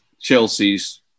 Chelsea's